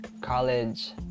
college